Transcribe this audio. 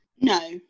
No